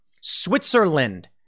Switzerland